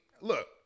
look